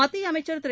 மத்திய அமைச்சர் திரு